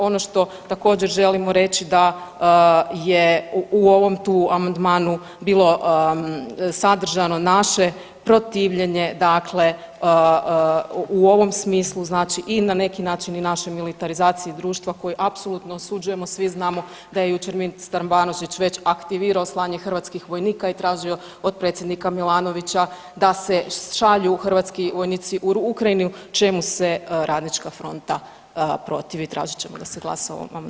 Ono što također želimo reći da je u ovom tu amandmanu bilo sadržano naše protivljenje dakle u ovom smislu znači i na neki način i naše militarizaciji društva koji apsolutno osuđujemo da je jučer ministar Banožić već aktivirao slanje hrvatskih vojnika i tražio od predsjednika Milanovića da se šalju hrvatski vojnici u Ukrajinu čemu se Radnička fronta protivi i tražit ćemo da glasa o ovom amandmanu.